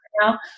now